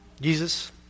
Jesus